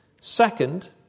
Second